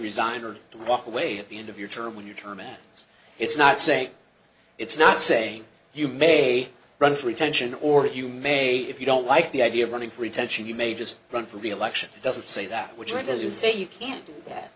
resign or to walk away at the end of your term when you're terminal so it's not saying it's not saying you may run for attention or that you may if you don't like the idea of running for attention you may just run for reelection doesn't say that which aren't as you say you can't do that